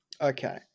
Okay